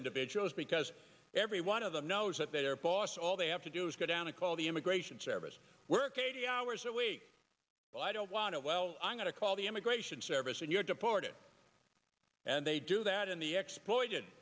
individuals because every one of them knows that their boss all they have to do is go down to call the immigration service work eighty hours a week but i don't want to well i'm going to call the immigration service when you're deported and they do that in the exploited